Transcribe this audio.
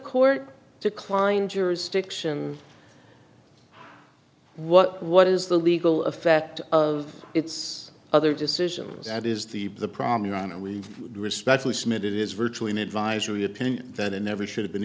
court declined jurisdiction what what is the legal effect of its other decision that is the problem your honor we respectfully submit it is virtually an advisory opinion that it never should have been